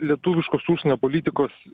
lietuviškos užsienio politikos